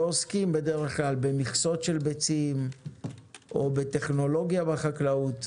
ועוסקים בדרך כלל במכסות של ביצים או בטכנולוגיה בחקלאות.